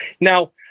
Now